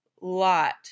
lot